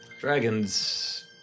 dragons